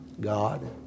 God